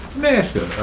masha,